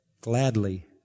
Gladly